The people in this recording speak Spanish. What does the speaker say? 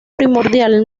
primordial